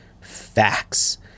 Facts